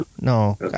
no